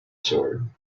sword